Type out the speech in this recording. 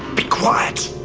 the quiet